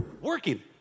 Working